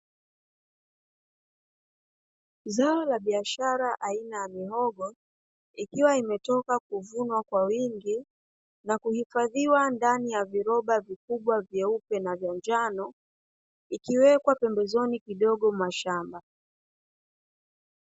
Zao la biashara aina ya mihongo ikiwa imetoka kuvunwa kwa wingi, na kuhifadhiwa ndani viroba vyeupe na njano vikiwekwa pembezoni mwa shamba.